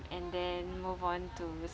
and then move on to